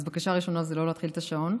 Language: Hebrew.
אז בקשה ראשונה היא לא להפעיל את השעון,